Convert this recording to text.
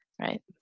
Right